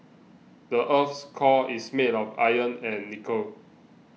the earth's core is made of iron and nickel